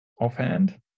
offhand